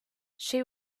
she